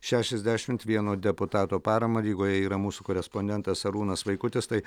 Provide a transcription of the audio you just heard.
šešiasdešimt vieno deputato paramą rygoje yra mūsų korespondentas arūnas vaikutis tai